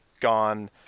gone